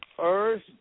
earth